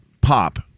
pop